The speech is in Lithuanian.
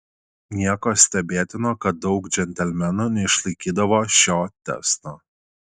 nieko stebėtino kad daug džentelmenų neišlaikydavo šio testo